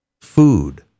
food